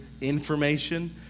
information